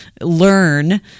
learn